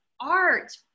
art